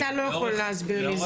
אתה לא יכול להסביר לי,